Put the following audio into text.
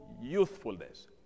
youthfulness